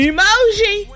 Emoji